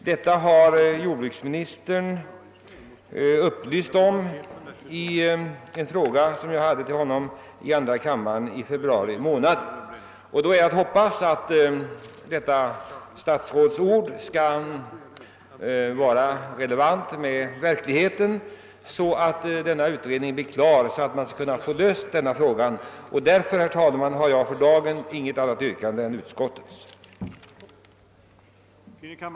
Detta upplyste jordbruksministern om i februari månad i ett svar på en fråga som jag hade ställt till honom. Det är att hoppas att dessa statsrådsord överensstämmer med verkligheten, så att denna fråga snart kan lösas. Därför, herr talman, har jag inget annat yrkande än om bifall till utskottets hemställan.